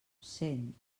sent